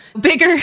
bigger